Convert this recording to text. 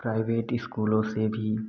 private इस्कूलों से भी